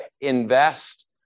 invest